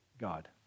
God